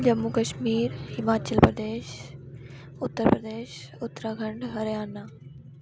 Jammu Kashmir Himachal Pradesh Uttar Pradesh Uttarakhand Haryana